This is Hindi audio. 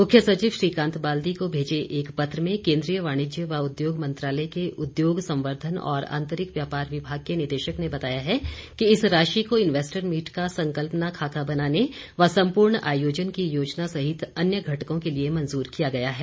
मुख्य सचिव श्रीकांत बाल्दी को भेजे गए एक पत्र में केंद्रीय वाणिज्य व उद्योग मंत्रालय के उद्योग संवर्धन और आंतरिक व्यापार विभाग के निदेशक ने बताया है कि इस राशि को इन्वैस्टर मीट का संकल्पना खाका बनाने व सम्पूर्ण आयोजन की योजना सहित अन्य घटकों के लिए मंजूर किया गया है